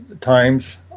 times